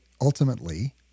ultimately